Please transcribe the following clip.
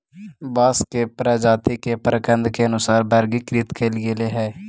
बांस के प्रजाती के प्रकन्द के अनुसार वर्गीकृत कईल गेले हई